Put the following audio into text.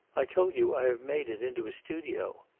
i told you i have made it into a studio.